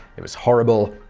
it was horrible.